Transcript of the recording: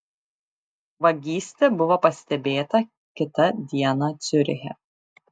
vagystė buvo pastebėta kitą dieną ciuriche